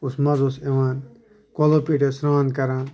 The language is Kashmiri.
کُس مزٕ اوس یِوان کۄلو پؠٹھ ٲسۍ سرٛان کران